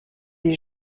les